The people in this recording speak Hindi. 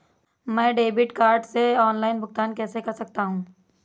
मैं डेबिट कार्ड से ऑनलाइन भुगतान कैसे कर सकता हूँ?